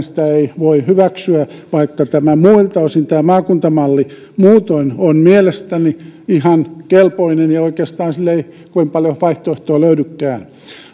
sitä ei voi hyväksyä vaikka muilta osin tämä maakuntamalli on mielestäni ihan kelpoinen ja oikeastaan sille ei kovin paljon vaihtoehtoja löydykään